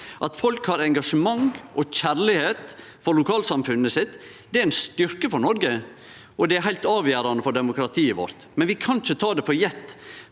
At folk har engasjement og kjærleik for lokalsamfunnet sitt, er ein styrke for Noreg, og det er heilt avgjerande for demokratiet vårt. Men vi kan ikkje ta det for gjeve.